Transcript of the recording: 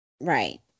Right